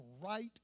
right